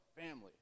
family